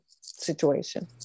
situation